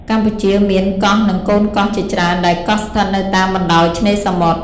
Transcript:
កម្ពុជាមាន កោះនិងកូនកោះជាច្រើន ដែលកោះស្ថិតនៅតាមបណ្តោយឆ្នេរសមុទ្រ។